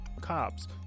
cops